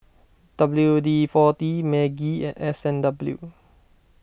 W D forty Maggi and S and W